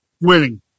winning